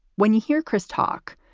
when you hear chris talk,